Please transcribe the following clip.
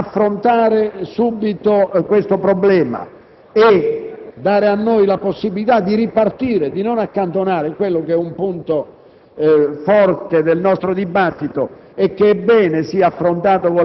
Proprio per consentire alla 5a Commissione permanente di affrontare subito questo problema e dare a noi la possibilità di ripartire e di non accantonare quello che è un punto